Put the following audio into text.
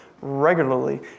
regularly